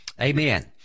amen